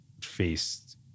faced